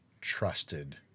trusted